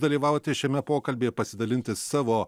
dalyvauti šiame pokalbyje pasidalinti savo